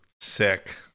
Sick